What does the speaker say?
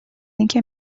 اینکه